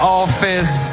office